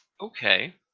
Okay